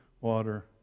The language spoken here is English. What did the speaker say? water